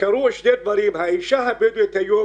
קרו שני דברים, האישה הבדואית היום